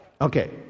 Okay